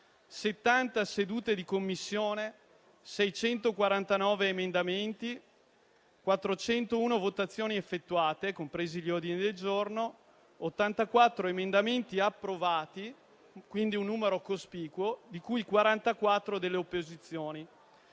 70 sedute di Commissione, 649 emendamenti, 401 votazioni effettuate, comprese quelle degli ordini del giorno, 84 emendamenti approvati (un numero cospicuo), di cui 44 delle opposizioni,